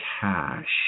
cash